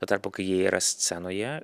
tuo tarpu kai jie yra scenoje